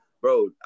Bro